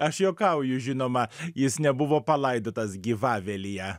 aš juokauju žinoma jis nebuvo palaidotas gi vavelyje